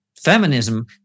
Feminism